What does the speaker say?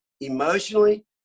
Emotionally